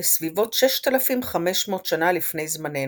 לסביבות 6,500 שנה לפני זמננו.